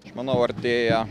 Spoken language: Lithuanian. aš manau artėja